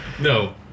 No